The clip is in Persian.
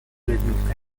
میفته